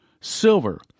silver